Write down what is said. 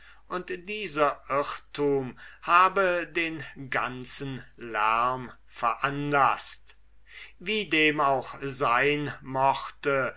und dieser irrtum habe den ganzen lärm veranlaßt wie dem auch sein mochte